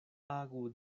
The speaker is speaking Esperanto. agu